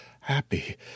happy